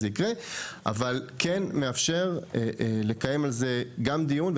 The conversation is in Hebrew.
אבל זה כן יאפשר לקיים על זה גם דיון,